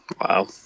Wow